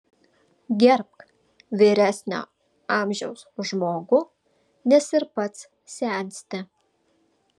gerbk vyresnio amžiaus žmogų nes ir pats sensti